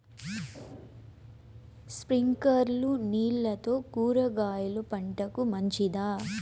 స్ప్రింక్లర్లు నీళ్లతో కూరగాయల పంటకు మంచిదా?